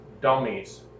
dummies